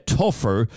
tougher